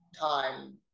time